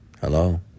Hello